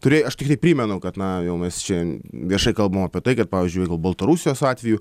turi aš tiktai primenu kad na jau mes čia viešai kalbam apie tai kad pavyzdžiui baltarusijos atveju